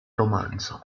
romanzo